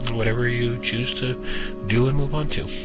whatever you choose to do and move on to.